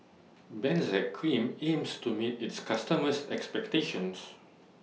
Benzac Cream aims to meet its customers' expectations